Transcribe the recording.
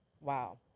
Wow